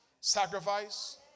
sacrifice